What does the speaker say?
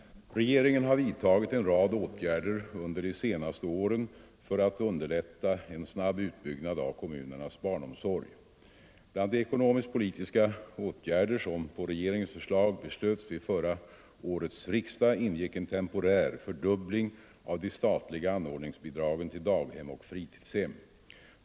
Regeringen har vidtagit en rad åtgärder under de senaste åren för att underlätta en snabb utbyggnad av kommunernas barnomsorg. Bland de ekonomisk-politiska åtgärder som på regeringens förslag beslöts vid förra årets riksdag ingick en temporär fördubbling av de statliga anordningsbidragen till daghem och fritidshem.